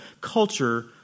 culture